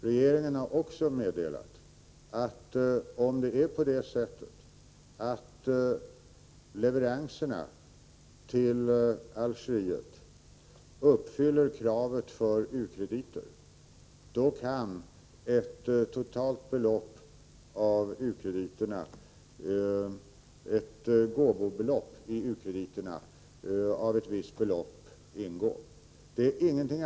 Regeringen har också meddelat att om leveranserna till Algeriet uppfyller det krav som gäller för u-krediter, kan ett visst gåvobelopp ingå i ukrediterna.